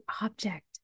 object